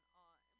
on